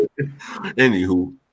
anywho